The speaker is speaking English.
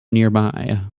nearby